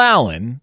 Allen